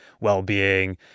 well-being